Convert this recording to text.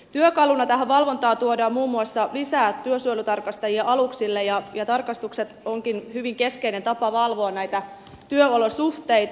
työkaluna tähän valvontaan tuodaan muun muassa lisää työsuojelutarkastajia aluksille ja tarkastukset ovatkin hyvin keskeinen tapa valvoa näitä työolosuhteita